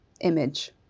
image